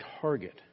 target